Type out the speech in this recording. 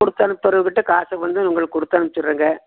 கொடுத்து அனுப்புறவகிட்ட காசை வந்து உங்களுக்கு கொடுத்தனுப்ச்சிடுறங்க